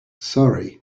sorry